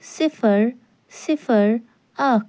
صِفر صِفر اکھ